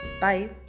Bye